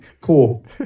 cool